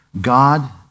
God